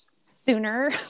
sooner